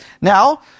now